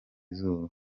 izuba